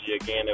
again